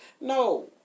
No